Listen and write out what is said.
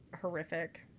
horrific